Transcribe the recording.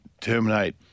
terminate